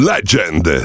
Legend